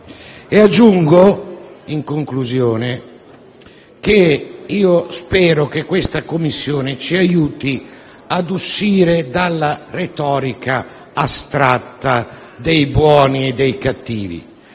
Aggiungo, in conclusione, che spero che questa Commissione ci aiuti a uscire dalla retorica astratta dei buoni e dei cattivi